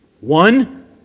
One